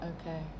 Okay